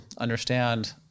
understand